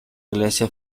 iglesia